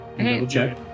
Okay